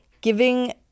giving